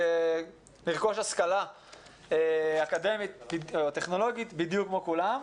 לרכוש השכלה אקדמית או טכנולוגית בדיוק כמו כולם.